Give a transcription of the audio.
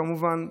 כמובן,